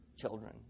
children